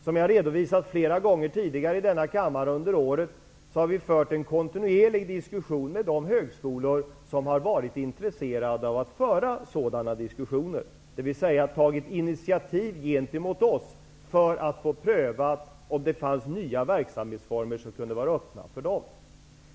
Som jag tidigare under året flera gånger har redovisat i denna klammare har vi fört en kontinuerlig diskussion med de högskolor som har varit intresserade av sådana diskussioner, dvs. högskolor som har tagit initiativ gentemot oss för att få prövat om det fanns nya verksamhetsformer som kunde vara öppna för dem.